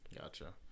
Gotcha